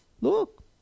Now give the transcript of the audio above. Look